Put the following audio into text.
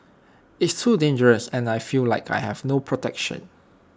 it's too dangerous and I feel like I have no protection